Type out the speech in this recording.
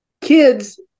kids